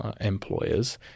employers